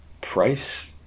price